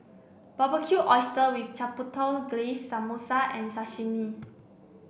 Barbecued Oyster with Chipotle Glaze Samosa and Sashimi